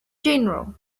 general